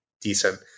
decent